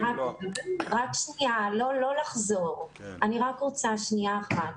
אני רק רוצה שנייה אחת.